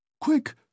Quick